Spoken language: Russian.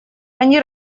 они